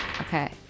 Okay